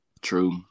True